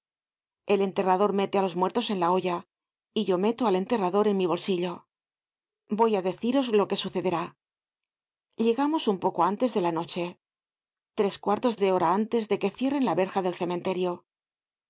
el enterrador mete á los muertos en la hoya y yo meto al enterrador en mi bolsillo voy á deciros lo que sucederá llegamos un poco antes de la noche tres cuartos de hora antes de que cierren la verja del cementerio